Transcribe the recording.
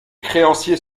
créanciers